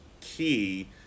key